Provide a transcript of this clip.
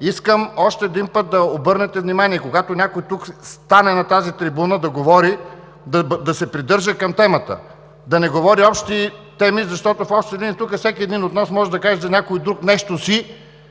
Искам още един път да обърнете внимание – когато някой тук застане на тази трибуна да говори, да се придържа към темата, да не говори общи теми! Защото в общи линии тук всеки един от нас може да каже за някой друг нещо си,